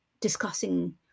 discussing